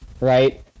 right